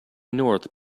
north